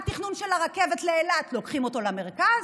התכנון של הרכבת לאילת, לוקחים למרכז.